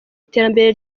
iterambere